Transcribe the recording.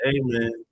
Amen